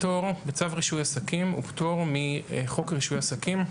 הפטור בצו רישוי עסקים הוא פטור מחוק רישוי עסקים.